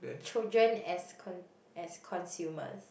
children as con~ as consumers